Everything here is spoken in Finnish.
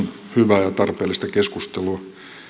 hyvää ja tarpeellista keskustelua